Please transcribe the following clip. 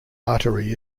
artery